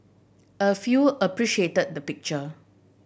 a few appreciate the picture